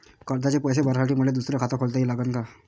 कर्जाचे पैसे भरासाठी मले दुसरे खाते खोला लागन का?